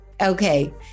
Okay